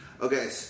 Okay